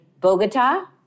Bogota